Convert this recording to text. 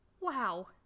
Wow